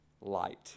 light